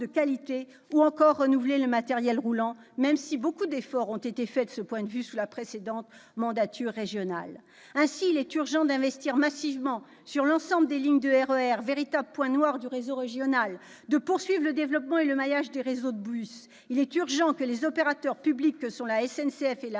qualité ou renouveler le matériel roulant, même si nombre d'efforts ont été faits de ce point de vue sous la précédente mandature régionale. Ainsi, il est urgent d'investir massivement sur l'ensemble des lignes du RER, véritable point noir du réseau régional, et de poursuivre le développement et le maillage des réseaux de bus. Il est urgent que les opérateurs publics que sont la SNCF et la